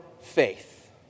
faith